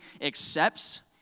accepts